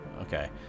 Okay